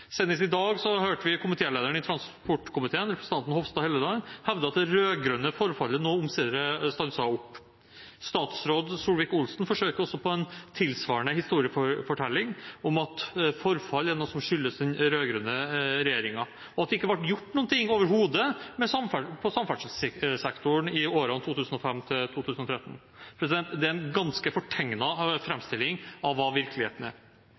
Senest i dag hørte vi komitélederen i transportkomiteen, representanten Hofstad Helleland, hevde at det rød-grønne forfallet nå omsider har stanset opp. Statsråd Solvik-Olsen forsøker seg på en tilsvarende historiefortelling om at forfall er noe som skyldes den rød-grønne regjeringen, og at det overhodet ikke ble gjort noen ting i samferdselssektoren i årene 2005–2013. Det er en ganske fortegnet framstilling av hva virkeligheten er.